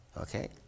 okay